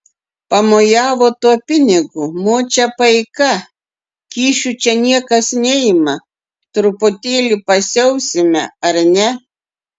pamojavo tuo pinigu močia paika kyšių čia niekas neima truputėlį pasiausime ar ne